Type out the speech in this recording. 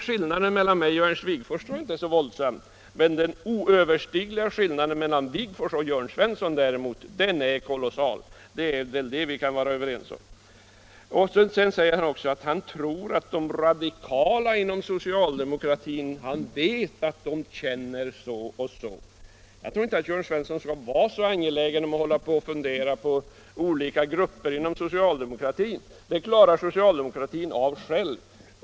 Klyftan mellan Ernst Wigforss och mig tror jag inte är så oöverstiglig, men skillnaden mellan Ernst Wigforss och Jörn Svensson är kolossal, det kan vi väl vara överens om. Sedan säger han att han vet att de radikala inom socialdemokratin känner så och så. Jag tror inte att Jörn Svensson skall fundera så mycket över hur olika grupper inom socialdemokratin känner det — det klarar socialdemokratin av själv.